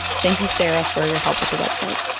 thank you sarah for your help with the website